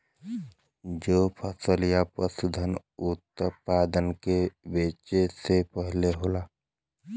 जो फसल या पसूधन उतपादन के बेचे के पहले होला